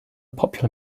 popular